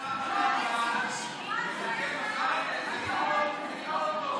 אז גם אני אייצג אותה בכבוד.